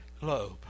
globe